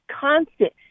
constant